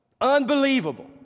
Unbelievable